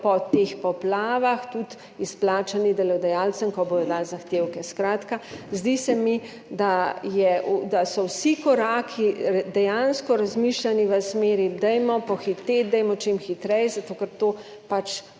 po teh poplavah, tudi izplačani delodajalcem, ko bodo dali zahtevke. Skratka, zdi se mi, da so vsi koraki dejansko razmišljani v smeri, dajmo pohiteti, dajmo čim hitreje, zato ker to pač